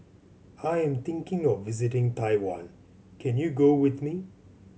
I am thinking of visiting Taiwan can you go with me